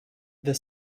the